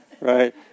right